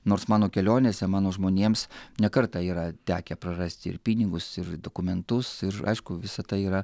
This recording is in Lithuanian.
nors mano kelionėse mano žmonėms ne kartą yra tekę prarasti ir pinigus ir dokumentus ir aišku visa tai yra